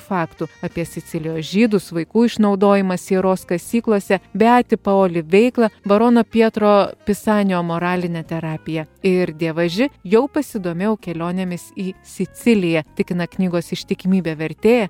faktų apie sicilijos žydus vaikų išnaudojimą sieros kasyklose beati paoli veiklą barono pietro pisanio moralinę terapiją ir dievaži jau pasidomėjau kelionėmis į siciliją tikina knygos ištikimybių vertėja